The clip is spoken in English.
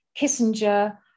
Kissinger